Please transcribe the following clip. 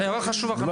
הערה חשובה, חנן.